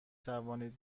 توانید